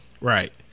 Right